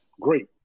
Great